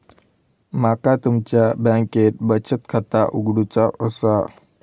माका तुमच्या बँकेत बचत खाता उघडूचा असा?